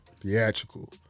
Theatrical